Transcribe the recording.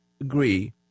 agree